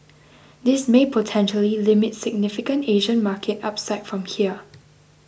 this may potentially limit significant Asian market upside from here